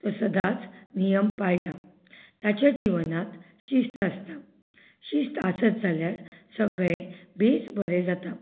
तो सदांच नियम पाळटा ताच्या जिवनात शिस्त आसता शिस्त आसत जाल्यार सगळें बेस बरें जाता